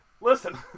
listen